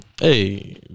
Hey